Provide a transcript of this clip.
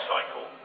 Cycle